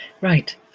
Right